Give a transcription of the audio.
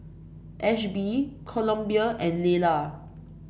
Ashby Columbia and Laylah